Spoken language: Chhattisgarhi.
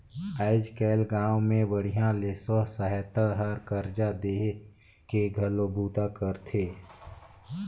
आयज कायल गांव मे बड़िहा ले स्व सहायता हर करजा देहे के घलो बूता करथे